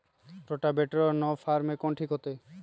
Rotavator और नौ फ़ार में कौन ठीक होतै?